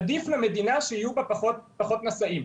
עדיף למדינה שיהיו בה פחות נשאים,